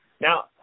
Now